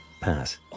pass